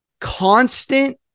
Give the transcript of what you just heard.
constant